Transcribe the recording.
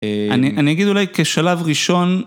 אני אגיד אולי כשלב ראשון